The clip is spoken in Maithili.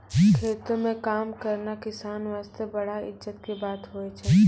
खेतों म काम करना किसान वास्तॅ बड़ा इज्जत के बात होय छै